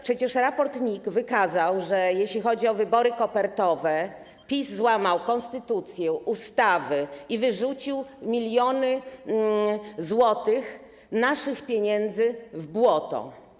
Przecież raport NIK wykazał, że jeśli chodzi o wybory kopertowe, PiS złamał konstytucję, ustawy i wyrzucił miliony złotych naszych pieniędzy w błoto.